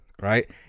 right